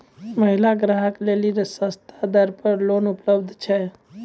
महिला ग्राहक लेली सस्ता दर पर लोन उपलब्ध छै?